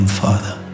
father